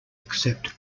accept